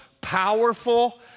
powerful